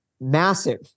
massive